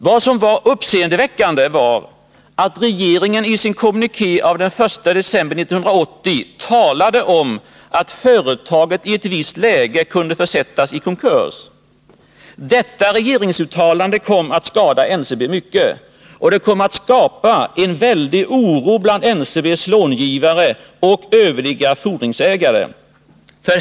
Vad som var uppseendeväckande var att regeringen i sin kommuniké av den 1 december 1980 talade om att företaget i ett visst läge kunde försättas i konkurs. Detta regeringsuttalande kom att skada NCB mycket. Och det kom att skapa en väldig oro bland NCB:s långivare och övriga fordringsägare.